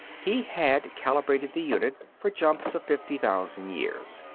he had calibrated the unit for jumps of fifty thousand years.